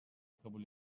kabul